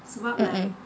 mm mm